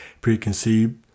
preconceived